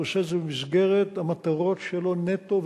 הוא עושה זאת במסגרת המטרות שלו נטו,